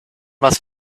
must